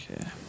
Okay